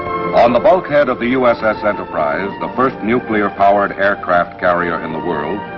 on the bulkhead of the uss enterprise, the first nuclear-powered aircraft carrier in the world,